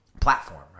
platform